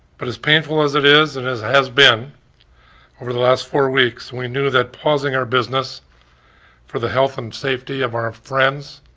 but as painful as it is and has has been over the last four weeks we knew that pausing our business for the health and safety of our friends,